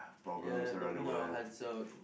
ya talking our hearts out